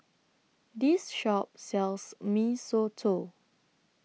This Shop sells Mee Soto